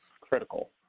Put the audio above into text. critical